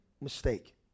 mistake